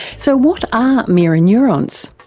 so what are mirror neurons?